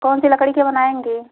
कौन से लकड़ी के बनाएँगे